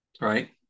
right